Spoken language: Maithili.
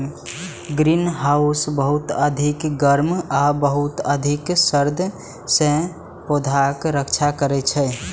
ग्रीनहाउस बहुत अधिक गर्मी आ बहुत अधिक सर्दी सं पौधाक रक्षा करै छै